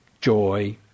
joy